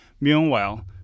Meanwhile